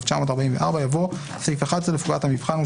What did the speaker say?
1944" יבוא "סעיף 11 לפקודת המבחן ,